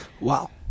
Wow